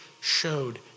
showed